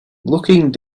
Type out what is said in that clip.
looking